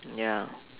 ya